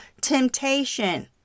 temptation